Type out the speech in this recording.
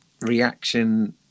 reaction